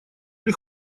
или